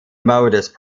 modest